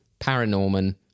Paranorman